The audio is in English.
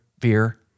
Fear